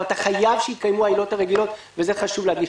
אבל אתה חייב שיתקיימו העילות הרגילות ואת זה חשוב להדגיש.